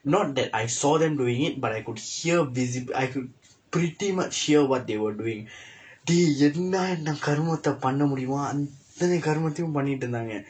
not that I saw them doing it but I could hear busy~ I could pretty much hear what they were doing dey என்ன கருமத்தை பண்ணமுடியுமோ அத்தனை கருமத்தையும் பண்ணிட்டு இருந்தாங்க:enna karumaththai pannamudiyumoo aththanai karumaththaiyum pannitdu irundthaangka